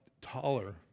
taller